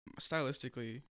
stylistically